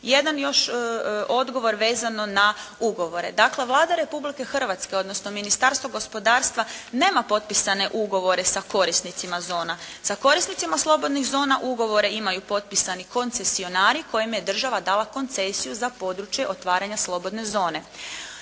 Jedan još odgovor vezano na ugovore. Dakle Vlada Republike Hrvatske odnosno Ministarstvo gospodarstva nema potpisane ugovore sa korisnicima zona. Sa korisnicima slobodnih zona ugovore imaju potpisani koncesionari kojima je država dala koncesiju za područje otvaranja slobodne zone.